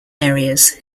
areas